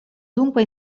dunque